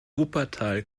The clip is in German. wuppertal